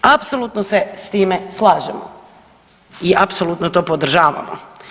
Apsolutno se s time slažemo i apsolutno to podržavamo.